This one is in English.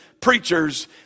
preachers